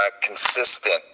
consistent